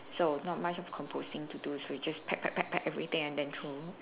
so not much of composting to do so we just pack pack pack pack everything and then we throw